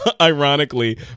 ironically